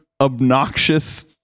obnoxious